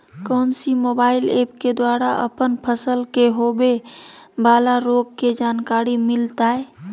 कौन सी mobile app के द्वारा अपन फसल के होबे बाला रोग के जानकारी मिलताय?